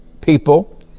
people